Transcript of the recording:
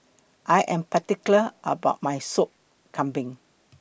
I Am particular about My Sop Kambing